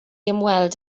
ymweld